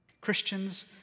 Christians